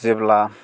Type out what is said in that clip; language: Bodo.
जेब्ला